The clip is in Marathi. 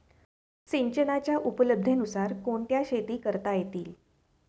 सिंचनाच्या उपलब्धतेनुसार कोणत्या शेती करता येतील?